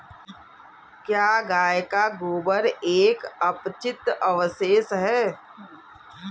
क्या गाय का गोबर एक अपचित अवशेष है?